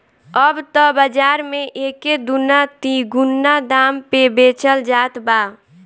अब त बाज़ार में एके दूना तिगुना दाम पे बेचल जात बा